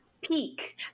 Peak